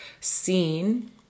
seen